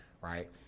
right